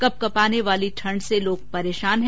कपकपाने वाली ठंड से लोग परेशान है